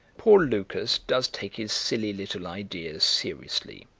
poor lucas does take his silly little ideas seriously,